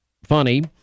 funny